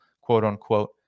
quote-unquote